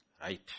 Right